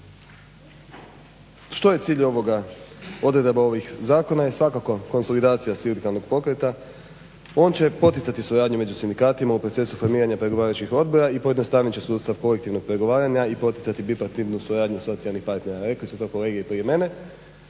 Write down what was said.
Što je cilj ovoga, odredaba ovih zakona? Je svakako konsolidacija sindikalnog pokreta. On će poticati suradnju među sindikatima u procesu formiranja pregovaračkih odbora i pojednostavit će sustav kolektivnog pregovaranja i poticati tripartitnu suradnju socijalnih partnera. Rekli su to i kolege prije mene